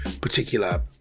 particular